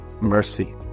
mercy